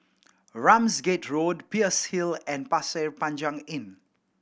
Ramsgate Road Peirce Hill and Pasir Panjang Inn